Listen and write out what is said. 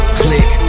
click